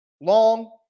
Long